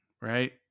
right